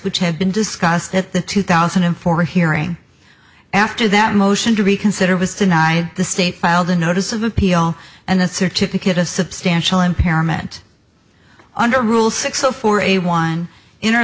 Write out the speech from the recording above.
which have been discussed at the two thousand and four hearing after that motion to reconsider was denied the state filed a notice of appeal and the certificate a substantial impairment under rule six zero four a one inter